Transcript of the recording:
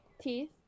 teeth